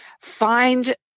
Find